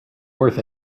worth